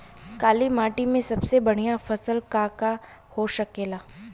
काली माटी में सबसे बढ़िया फसल का का हो सकेला?